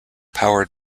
powered